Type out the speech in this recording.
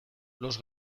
los